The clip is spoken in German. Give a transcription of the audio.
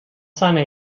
seiner